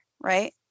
right